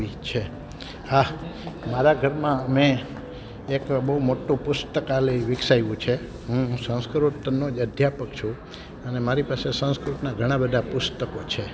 વી છે હા મારા ઘરમાં મેં એક બઉ મોટું પુસ્તકાલય વિકસાયવું છે હું સંસ્કૃતનો જ અધ્યાપક છું અને મારી પાસે સંસ્કૃતના ઘણા બધા પુસ્તકો છે